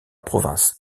province